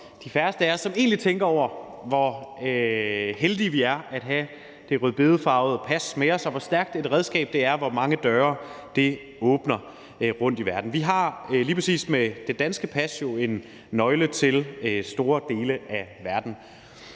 de færreste af os, som egentlig tænker over, hvor heldige vi er at have det rødbedefarvede pas med os, og hvor stærkt et redskab det er, og hvor mange døre det åbner rundt i verden. Vi har jo lige præcis med det danske pas en nøgle til store dele af verden.